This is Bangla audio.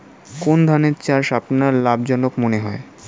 কোন ধানের চাষ আপনার লাভজনক মনে হয়?